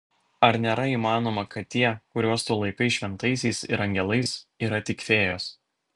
ar nėra įmanoma kad tie kuriuos tu laikai šventaisiais ir angelais yra tik fėjos